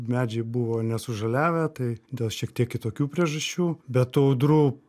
medžiai buvo nesužaliavę tai dėl šiek tiek kitokių priežasčių bet tų audrų